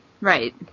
right